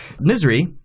Misery